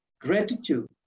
Gratitude